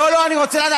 אסביר לך.